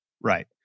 Right